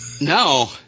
No